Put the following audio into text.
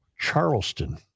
Charleston